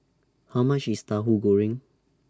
How much IS Tahu Goreng